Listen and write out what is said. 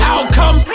Outcome